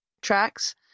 tracks